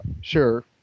Sure